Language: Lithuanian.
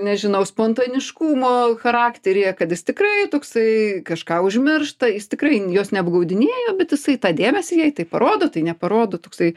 nežinau spontaniškumo charakteryje kad jis tikrai toksai kažką užmiršta jis tikrai jos neapgaudinėja bet jisai tą dėmesį jai tai parodo tai neparodo toksai